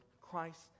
Christ